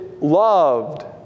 loved